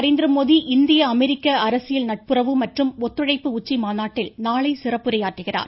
நரேந்திரமோதி இந்திய அமெரிக்க அரசியல் நட்புறவு மற்றும் ஒத்துழைப்பு உச்சி மாநாட்டில் நாளை சிறப்புரை ஆற்றுகிறார்